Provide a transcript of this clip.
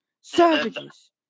Savages